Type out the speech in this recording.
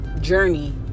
journey